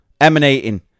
emanating